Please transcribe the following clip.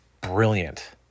brilliant